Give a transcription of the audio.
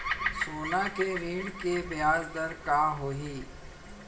सोना के ऋण के ब्याज दर का होही?